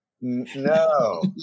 No